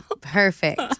perfect